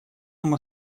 нам